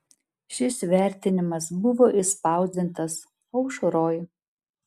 šis vertimas buvo išspausdintas aušroj